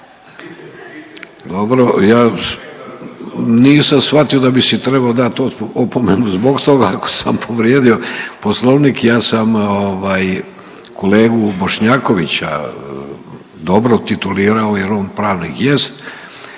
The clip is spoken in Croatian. Dobro, ja nisam shvatio da bi si trebao dati opomenu zbog toga, ako sam povrijedio Poslovnik ja sam ovaj kolegu Bošnjakovića dobro titulirao jer on pravnik jest,